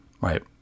right